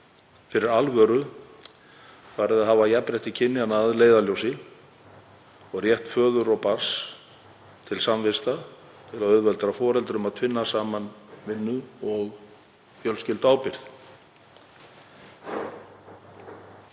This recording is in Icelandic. fyrir alvöru farið að hafa jafnrétti kynjanna að leiðarljósi og rétt föður og barns til samvista til að auðvelda foreldrum að tvinna saman vinnu og fjölskylduábyrgð.